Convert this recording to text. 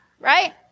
Right